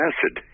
Acid